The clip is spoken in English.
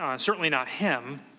um certainly not him